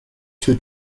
two